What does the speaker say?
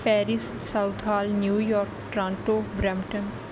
Paris southall New York Toronto Brampton